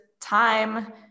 time